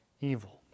evil